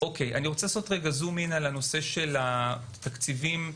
הנושא של הבטיחות בדרכים,